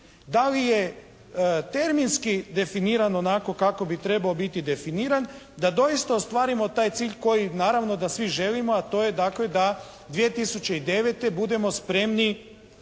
Da li je terminski definiran onako kako bi trebao biti definiran da doista ostvarimo taj cilj koji naravno da svi želimo, a to je dakle da 2009. budemo spremni,